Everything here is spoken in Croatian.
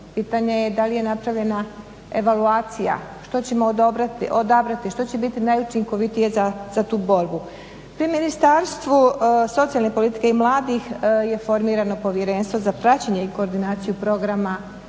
pitanje je da li je napravljena evaluacija, što ćemo odabrati, što će biti najučinkovitije za tu borbu. Pri Ministarstvu socijalne politike i mladih je formirano Povjerenstvo za praćenje i koordinaciju programa